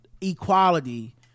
equality